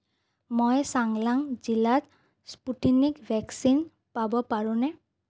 মই চাংলাং জিলাত Sputnik vaccine পাব পাৰোঁনে